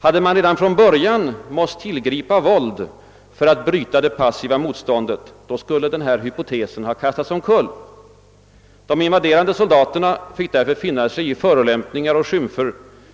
Hade man redan från början måst tillgripa våld för att bryta det passiva motståndet skulle hypotesen ha kastats omkull. De invaderande soldaterna fick därför finna sig i förolämpningar och skymfer,